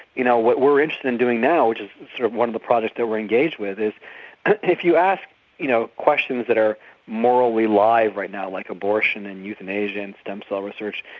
you know what we're interested in doing now, which is sort of one of the projects that we're engaged with, is if you ask you know questions that are morally live right now like abortion, and euthanasia, and stem cell research,